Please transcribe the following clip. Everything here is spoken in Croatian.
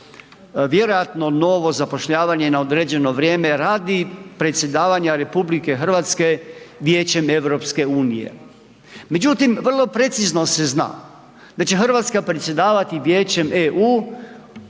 vjerojatno novo zapošljavanje na određeno vrijeme radi predsjedavanja RH Vijećem EU. Međutim, vrlo precizno se zna, da će Hrvatska predsjedavati Vijećem EU